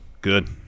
Good